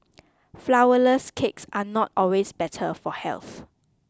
Flourless Cakes are not always better for health